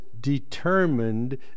determined